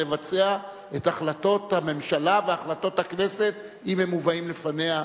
לבצע את החלטות הממשלה והחלטות הכנסת אם הן מובאות לפניהם.